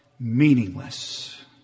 Meaningless